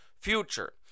Future